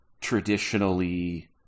traditionally